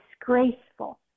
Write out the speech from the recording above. disgraceful